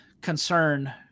concern